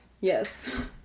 yes